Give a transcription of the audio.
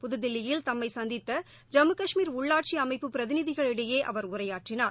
புதுதில்லியில் தம்மை சந்தித்த ஜம்மு கஷ்மீர் உள்ளாட்சி அமைப்பு பிரதிநிதிகளிடையே அவர் உரையாற்றினார்